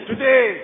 Today